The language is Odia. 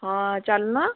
ହଁ ଚାଲୁନ